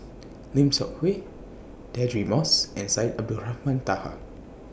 Lim Seok Hui Deirdre Moss and Syed Abdulrahman Taha